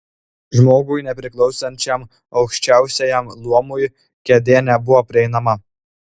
žmogui nepriklausančiam aukščiausiajam luomui kėdė nebuvo prieinama